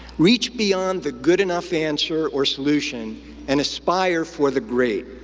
reach beyond the good-enough answer or solution and aspire for the great.